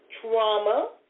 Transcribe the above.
trauma